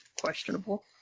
questionable